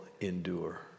endure